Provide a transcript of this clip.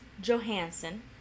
Johansson